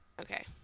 Okay